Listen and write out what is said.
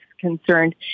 concerned